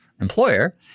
employer